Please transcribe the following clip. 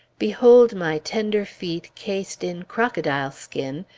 behold my tender feet cased in crocodile skin,